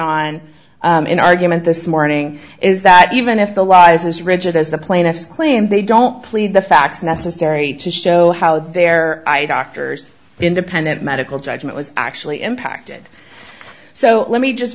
on an argument this morning is that even if the law is as rigid as the plaintiffs claim they don't plead the facts necessary to show how their eye doctors independent medical judgment was actually impacted so let me just